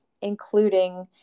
including